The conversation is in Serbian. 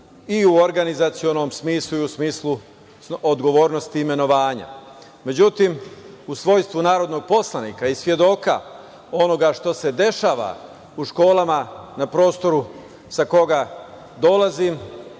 i u organizacionom smislu i u smislu odgovornosti imenovanja. Međutim, u svojstvu narodnog poslanika i svedoka onoga što se dešava u školama na prostoru sa koga dolazim,